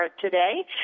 today